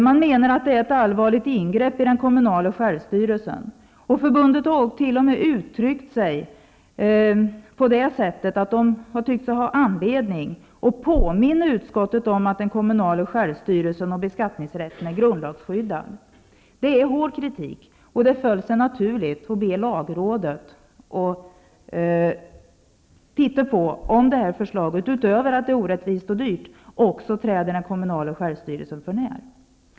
Man menar att det är ett allvarligt ingrepp i den kommunala självstyrelsen. Förbundet har t.o.m. tyckt sig ha anledning att påminna utskottet om att den kommunala självstyrelsen och beskattningsrätten är grundlagsskyddad. Det är hård kritik och det föll sig naturligt att be lagrådet att titta på om det här förslaget, utöver att det är orättvist och dyrt, också träder den kommunala självstyrelsen för när.